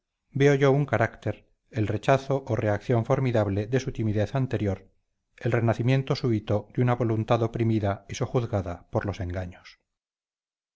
veo yo un carácter el rechazo o reacción formidable de su timidez anterior el renacimiento súbito de una voluntad oprimida y sojuzgada por los engaños